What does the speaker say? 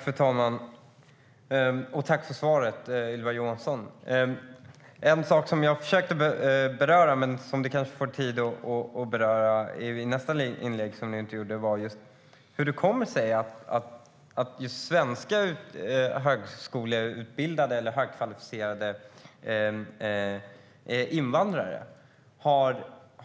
Fru talman! Tack för svaret, Ylva Johansson! En sak som jag försökte beröra och som du kanske får tid att beröra i nästa inlägg var hur det kommer sig att högskoleutbildade eller högkvalificerade invandrare